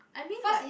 I mean like